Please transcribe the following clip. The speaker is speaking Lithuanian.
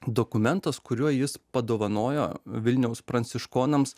dokumentas kuriuo jis padovanojo vilniaus pranciškonams